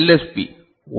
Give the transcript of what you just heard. B one L